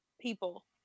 people